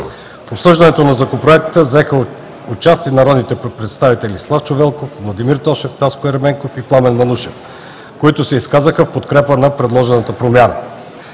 обсъждането на Законопроекта взеха участие народните представители Славчо Велков, Владимир Тошев, Таско Ерменков и Пламен Манушев, които се изказаха в подкрепа на предложената промяна.